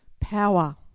power